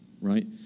Right